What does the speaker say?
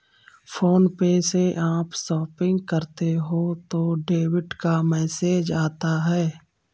phone पे से आप शॉपिंग करते हो तो डेबिट का मैसेज आता है